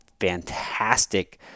fantastic